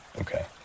Okay